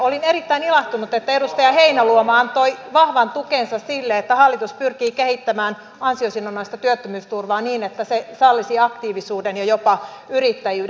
olin erittäin ilahtunut että edustaja heinäluoma antoi vahvan tukensa sille että hallitus pyrkii kehittämään ansiosidonnaista työttömyysturvaa niin että se sallisi aktiivisuuden ja jopa yrittäjyyden